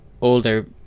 older